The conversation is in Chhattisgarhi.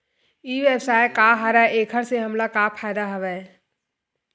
ई व्यवसाय का हरय एखर से हमला का फ़ायदा हवय?